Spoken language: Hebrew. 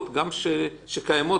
נכניס את זה, ואם מישהו יגיד: